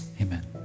Amen